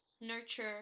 Nurture